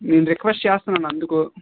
నేను రిక్వెస్ట్ చేస్తున్నాను అందుకు